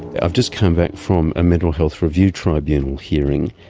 i've just come back from a mental health review tribunal hearing.